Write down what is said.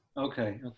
Okay